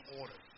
order